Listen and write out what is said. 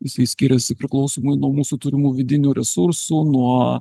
jisai skiriasi priklausomai nuo mūsų turimų vidinių resursų nuo